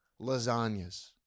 lasagnas